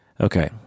Okay